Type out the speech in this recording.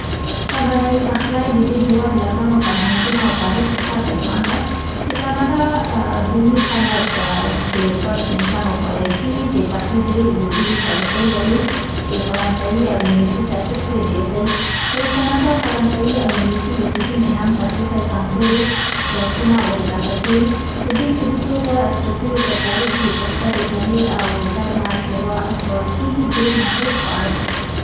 کاناډايي پخلی د دې هېواد له ګڼو فرهنګونو او تاریخ څخه اغېزمن ده. د کاناډا بوي خلک چې فرست نېشن ورته ویل کېږي، ډ پخلي ډېرې دوديزې طریقې لري چي فرانسوي او انګلیسي تاثیر پرې ډېر دی. د کاناډا فرانسوي او انګلیسي اوسېدونکو هم پخلي ته ځانګړي ذوق ور اضافه کړی. د بېلګې په توګه، سره سوي کچالو چې پر سر یې پنیر او ګرم شوروا اچول کېږي ډېر مشهور خواړه دی.